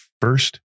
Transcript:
first